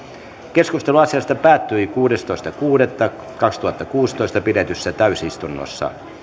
keskustelu asiasta päättyi kuudestoista kuudetta kaksituhattakuusitoista pidetyssä täysistunnossa